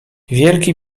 wielki